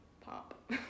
pop